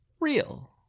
real